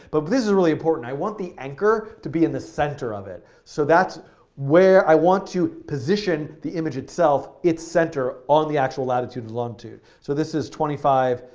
but but this is really important i want the anchor to be in the center of it. so that's where i want to position the image itself, its center, on the actual latitude and longitude. so this is twenty five,